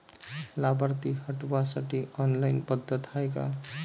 लाभार्थी हटवासाठी ऑनलाईन पद्धत हाय का?